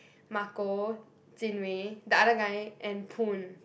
Marco Jin-Wei the other guy and Poon